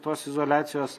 tos izoliacijos